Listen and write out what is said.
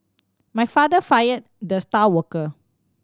my father fired the star worker